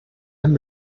him